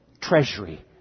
treasury